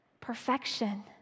perfection